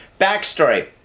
Backstory